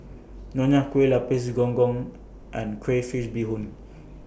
Nonya Kueh Lapis Gong Gong and Crayfish Beehoon